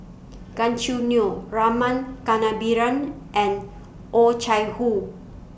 Gan Choo Neo Rama Kannabiran and Oh Chai Hoo